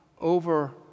over